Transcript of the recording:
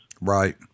Right